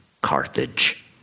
Carthage